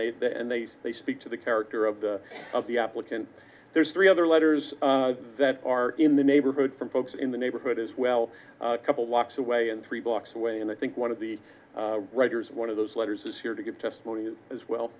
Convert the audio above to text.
they and they they speak to the character of the of the applicant there's three other letters that are in the neighborhood from folks in the neighborhood as well couple blocks away and three blocks away and i think one of the writers one of those letters is here to give testimony as well